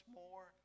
more